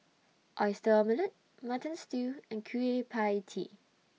Oyster Omelette Mutton Stew and Kueh PIE Tee